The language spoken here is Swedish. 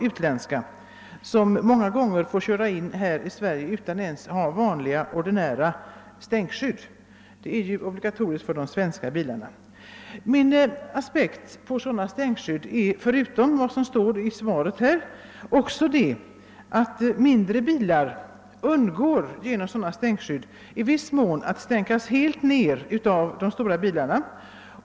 Utländska bilar får nu ofta köra in i Sverige utan att ens ha vanliga stänkskydd, som ju är obligatoriska på svenska bilar. Jag vill utöver vad som anförs i svaret framhålla att sidoskydd medför att mindre bilar i större utsträckning kan undgå att bli helt nedstänkta av stora fordon.